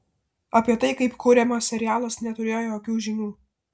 apie tai kaip kuriamas serialas neturėjo jokių žinių